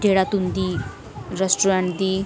जेह्ड़ा तुंदी रेस्ट्रोरेंट दी